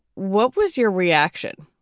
what was your reaction?